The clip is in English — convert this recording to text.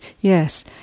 yes